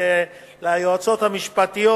ליועצות המשפטיות,